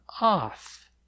off